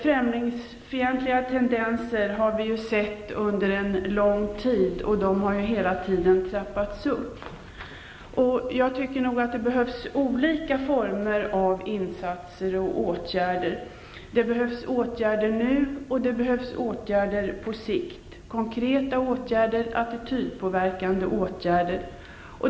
Främlingsfientliga tendenser har vi sett under en lång tid och de har hela tiden trappats upp. Jag tycker nog att det behövs olika former av åtgärder. Det behövs åtgärder nu och det behövs åtgärder på sikt. Det behövs konkreta åtgärder och attitydpåverkande ågärder.